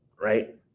right